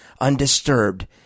undisturbed